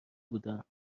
بودم